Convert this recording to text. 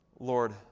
Lord